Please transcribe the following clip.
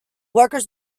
workers